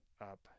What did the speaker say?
up